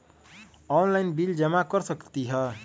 Online bill जमा कर सकती ह?